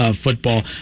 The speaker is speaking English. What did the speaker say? football